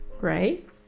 right